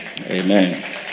amen